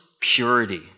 purity